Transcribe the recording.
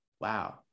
wow